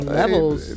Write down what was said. levels